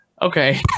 Okay